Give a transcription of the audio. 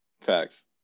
Facts